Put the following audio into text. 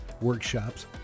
workshops